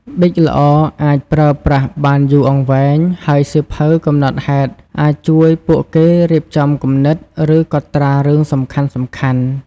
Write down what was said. ប៊ិចល្អអាចប្រើប្រាស់បានយូរអង្វែង ហើយសៀវភៅកំណត់ហេតុអាចជួយពួកគេរៀបចំគំនិត ឬកត់ត្រារឿងសំខាន់ៗ។